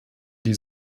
die